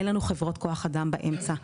אין לנו חברות כוח אדם באמצע,